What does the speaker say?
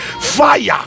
fire